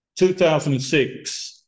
2006